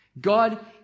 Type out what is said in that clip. God